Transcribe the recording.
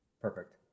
perfect